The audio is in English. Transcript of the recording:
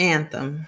Anthem